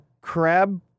crab